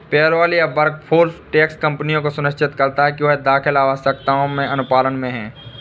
payroll या workforce tax कंपनियों को सुनिश्चित करता है कि वह कर दाखिल आवश्यकताओं के अनुपालन में है